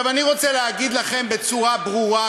אני רוצה להגיד לכם בצורה ברורה,